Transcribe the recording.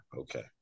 Okay